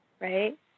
right